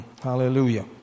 Hallelujah